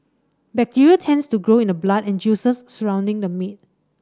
bacteria tends to grow in the blood and juices surrounding the meat